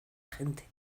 gente